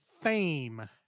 fame